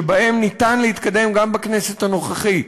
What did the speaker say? שבהם ניתן להתקדם גם בכנסת הנוכחית: